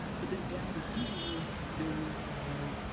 but then down here there are.